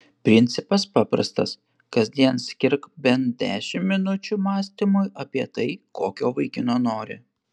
principas paprastas kasdien skirk bent dešimt minučių mąstymui apie tai kokio vaikino nori